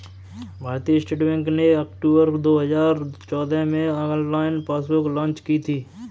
भारतीय state bank ने अक्टूबर दो हजार चौदह में ऑनलाइन पासबुक लॉन्च की थी